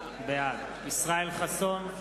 בעד ישראל חסון,